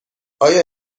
آیا